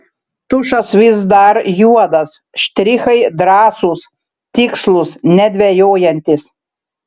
tušas vis dar juodas štrichai drąsūs tikslūs nedvejojantys